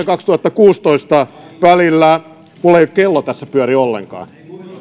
kaksituhattakuusitoista välillä minulla ei kello tässä pyöri ollenkaan ovat